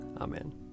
Amen